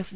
F